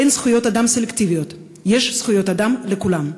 אין זכויות אדם סלקטיביות, יש זכויות אדם לכולם.